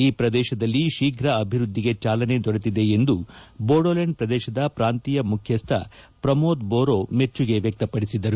ಈ ಪ್ರದೇಶದಲ್ಲಿ ಶೀಘ ಅಭಿವೃದ್ಧಿಗೆ ಜಾಲನೆ ದೊರೆತಿದೆ ಎಂದು ಬೊಡೊಲ್ಯಾಂಡ್ ಪ್ರದೇಶದ ಪ್ರಾಂತೀಯ ಮುಖ್ಯಸ್ಥ ಪ್ರಮೋದ್ ಬೊರೊ ಮೆಚ್ಚುಗೆ ವ್ಯಕ್ತಪಡಿಸಿದರು